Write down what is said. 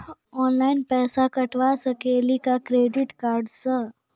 Online पैसा कटवा सकेली का क्रेडिट कार्ड सा?